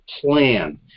plan